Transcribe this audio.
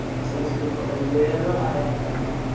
so i'm just going to put a little highlight there,